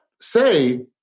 say